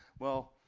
well,